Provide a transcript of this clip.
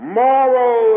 moral